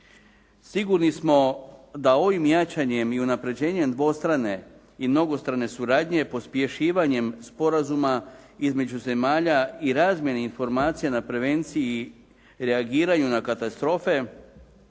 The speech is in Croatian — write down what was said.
Sigurni smo da ovim jačanjem i unapređenjem dvostrane i mnogostrane suradnje pospješivanjem sporazuma između zemalja i razmjeni informacija na prevenciji i reagiranju na katastrofe